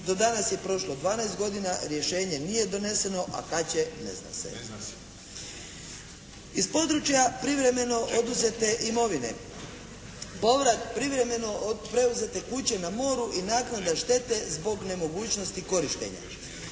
Do danas je prošlo 12 godina, rješenje nije doneseno, a kad će ne zna se. Iz područja privremeno oduzete imovine, povrat privremeno preuzete kuće na moru i naknade štete zbog nemogućnosti korištenja.